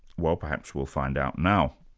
well perhaps we'll find out now.